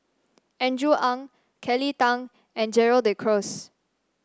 Andrew Ang Kelly Tang and Gerald De Cruz